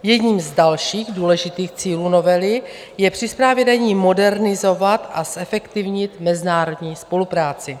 Jedním z dalších důležitých cílů novely je při správě daní modernizovat a zefektivnit mezinárodní spolupráci.